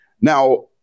Now